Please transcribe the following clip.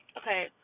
okay